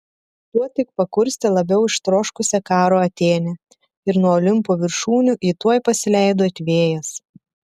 tuo tik pakurstė labiau ištroškusią karo atėnę ir nuo olimpo viršūnių ji tuoj pasileido it vėjas